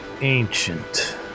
ancient